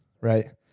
right